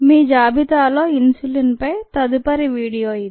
మీ జాబితాలో ఇన్సులిన్ పై తదుపరి వీడియో ఇది